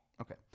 Okay